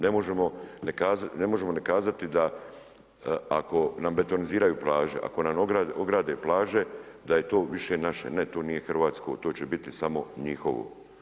Ne možemo ne kazati da ako nam betoniziraju plaže, ako nam ograde plaže da je to više naše, ne to nije hrvatsko, to će biti samo njihovo.